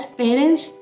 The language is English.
parents